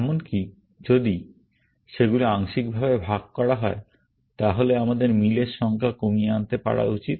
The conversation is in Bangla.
এমনকি যদি সেগুলি আংশিকভাবে ভাগ করা হয় তাহলে আমাদের মিলের সংখ্যা কমিয়ে আনতে পারা উচিত